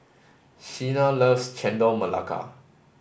Shena loves Chendol Melaka